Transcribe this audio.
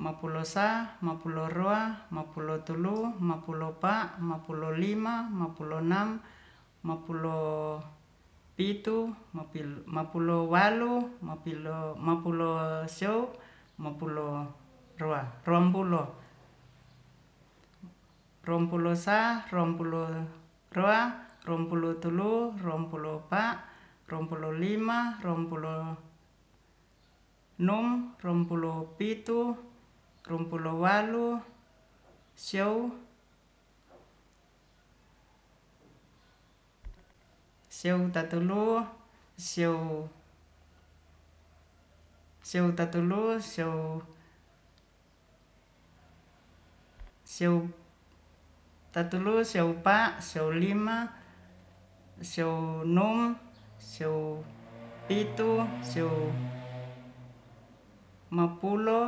mapulo sa mapulo roa mapulo tulu mapulo pa mapulo lima mapulo nam mapulo pitu mapil mapulo walu mapilo mapulo sio mapulo roa roampulo roam pulo sa ruam pulo roa roam pulu tulu roampulo pa roam pulo lima ruampulo nom rompulo pitu rompulo walu sio sio tatulu sio tatulu sio- tatlu sio pa siou lima siou nom sio mapulo